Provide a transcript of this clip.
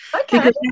Okay